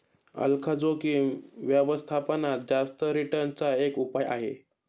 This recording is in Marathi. अल्फा जोखिम व्यवस्थापनात जास्त रिटर्न चा एक उपाय आहे